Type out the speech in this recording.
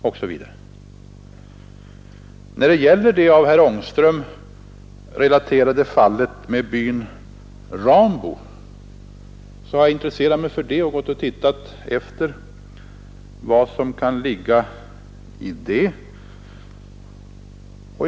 Jag har intresserat mig för det av herr Ångström relaterade fallet med byn Rambo och tittat efter vad som kan ligga i det hela.